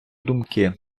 думки